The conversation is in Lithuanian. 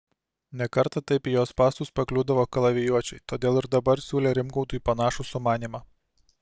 ne kartą taip į jo spąstus pakliūdavo kalavijuočiai todėl ir dabar siūlė rimgaudui panašų sumanymą